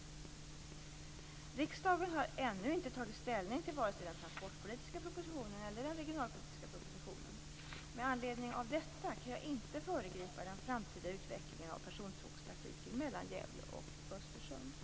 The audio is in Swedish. Riksdagen har ännu inte tagit ställning till vare sig den transportpolitiska propositionen eller den regionalpolitiska propositionen. Med anledning av detta kan jag inte föregripa den framtida utvecklingen av persontågstrafiken mellan Gävle och Östersund.